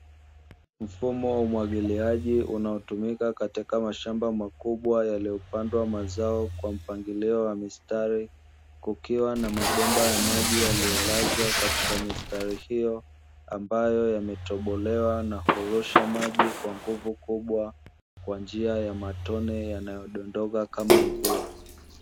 Mfumo wa umwagiliaji unaotumika katika mashamba makubwa yaliyopandwa mazao kwa mpangilio wa mistari kukiwa na mabomba ya maji yaliyolazwa katika mistari hiyo ambayo yametobolewa na kurusha maji kwa nguvu kubwa kwa njia ya matone yanayodondoka kama mvua.